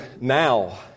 now